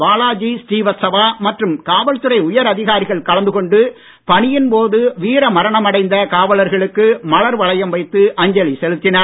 பாலாஜி ஸ்ரீவத்சவா மற்றும் காவல்துறை உயர் அதிகாரிகள் கலந்து கொண்டு பணியின்போது வீர மரணம் அடைந்த காவலர்களுக்கு மலர் வளையம் வைத்து அஞ்சலி செலுத்தினர்